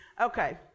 Okay